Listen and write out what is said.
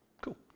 Cool